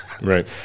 Right